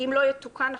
אם לא יתוקן החוק,